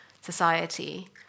society